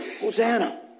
Hosanna